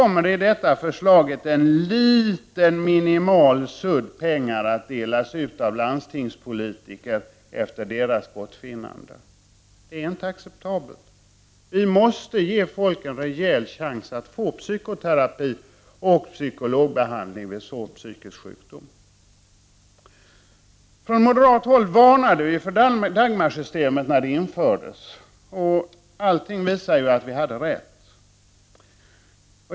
Med det här förslaget kommer så att säga en minimal sudd pengar att delas ut av landstingspolitiker — efter eget gottfinnande. Det är inte acceptabelt. Vi måste ge människor en rejäl chans att få psykoterapi och psykologisk behandling vid svår psykisk sjukdom. Vi moderater varnade för Dagmarsystemet när detta skulle införas. Allting visar nu att vi hade rätt.